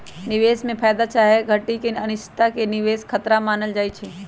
निवेश में फयदा चाहे घटि के अनिश्चितता के निवेश खतरा मानल जाइ छइ